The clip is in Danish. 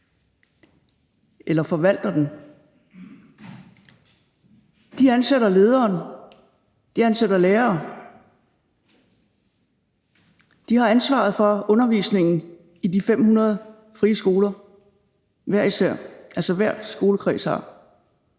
eller forvalter den. De ansætter lederen, de ansætter lærere, de har hver især ansvaret for undervisningen i de 500 frie skoler – altså hver skolekreds har